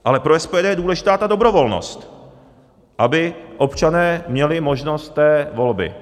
Ale pro SPD je důležitá ta dobrovolnost, aby občané měli možnost té volby.